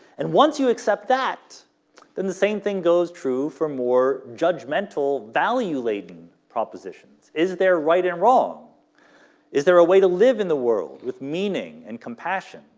and once you accept that then the same thing goes true for more judgmental value-laden propositions is there right and wrong is there a way to live in the world with meaning and compassion.